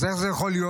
אז איך זה יכול להיות?